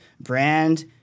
brand